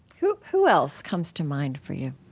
who who else comes to mind for you?